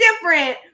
different